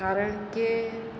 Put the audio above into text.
કારણ કે